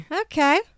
Okay